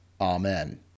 Amen